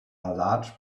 large